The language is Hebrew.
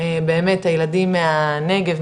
באמת ילדים מהנגב,